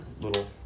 little